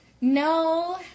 No